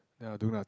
ya do nothing